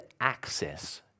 access